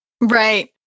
right